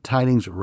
Tidings